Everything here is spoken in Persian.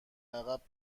عقب